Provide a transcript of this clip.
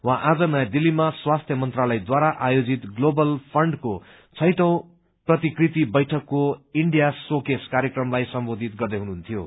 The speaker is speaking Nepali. उहाँ आज नयाँ दिल्लीमा स्वास्थ्य मन्त्रालयद्वारा आयोजित ग्लोबल फन्डको छैठौ प्रतिकृति बैठकको इंडिया शोकेस र्कायकमलाई सम्बोधित गर्दैहुनुहुन्थ्यो